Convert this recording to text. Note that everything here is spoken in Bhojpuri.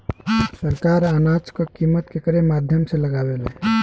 सरकार अनाज क कीमत केकरे माध्यम से लगावे ले?